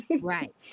right